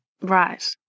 Right